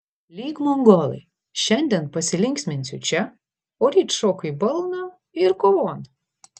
lyg mongolai šiandien pasilinksminsiu čia o ryt šoku į balną ir kovon